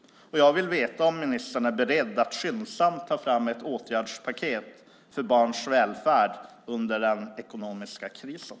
Jag vill veta om ministern är beredd att skyndsamt ta fram ett åtgärdspaket för barns välfärd under den ekonomiska krisen.